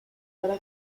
para